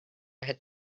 had